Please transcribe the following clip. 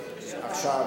לי, לא לו.